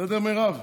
בסדר, מירב?